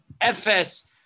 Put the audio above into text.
FS